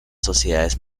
sociedades